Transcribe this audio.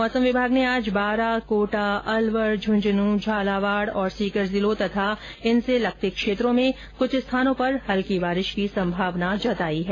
मौसम विभाग ने आज बारा कोटा अलवर झुंझुनूं झालावाड़ और सीकर जिलों तथा इनसे लगते क्षेत्रों में कुछ स्थानों पर हल्की बारिश की संभावना जताई है